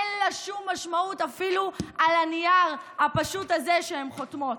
אין לה שום משמעות אפילו על הנייר הפשוט הזה שהן חותמות,